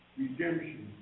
redemption